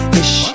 ish